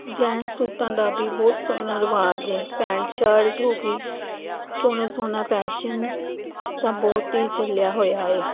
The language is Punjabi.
ਜੈਂਟਸ ਸੂਟਾਂ ਦਾ ਵੀ ਬਹੁਤ ਸੋਹਣਾ ਰਿਵਾਜ਼ ਹੈ ਪੈਂਟ ਸਾਲਟ ਹੋ ਗਈ ਸੋਹਣਾ ਸੋਹਣਾ ਫੈਸ਼ਨ ਤਾਂ ਬਹੁਤ ਹੀ ਚੱਲਿਆ ਹੋਇਆ ਹੈ